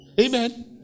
Amen